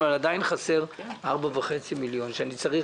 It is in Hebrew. אבל עדיין חסר 4.5 מיליון שאני צריך